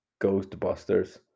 Ghostbusters